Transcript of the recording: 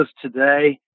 today